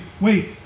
wait